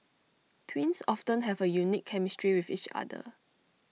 twins often have A unique chemistry with each other